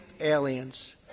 aliens